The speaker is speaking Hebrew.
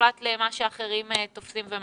מוחלט למה שאחרים כותבים ומנתחים?